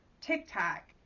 TikTok